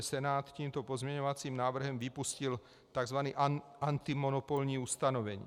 Senát tímto pozměňovacím návrhem vypustil tzv. antimonopolní ustanovení.